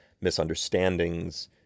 misunderstandings